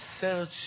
search